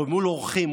מול אורחים,